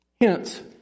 Hence